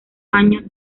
año